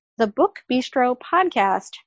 thebookbistropodcast